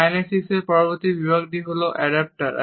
কাইনেসিক্সের পরবর্তী বিভাগ হল অ্যাডাপ্টর